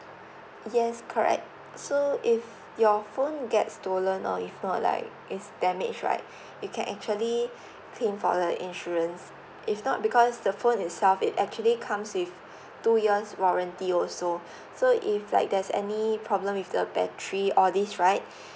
yes correct so if your phone get stolen or if not like it's damaged right you can actually claim for the insurance if not because the phone itself it actually comes with two years warranty also so if like there's any problem with the battery all this right